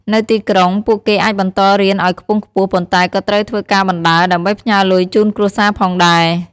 នៅទីក្រុង ពួកគេអាចបន្តរៀនឱ្យខ្ពង់ខ្ពស់ ប៉ុន្តែក៏ត្រូវធ្វើការបណ្ដើរ ដើម្បីផ្ញើលុយជូនគ្រួសារផងដែរ។